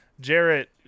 Jarrett